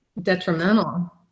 detrimental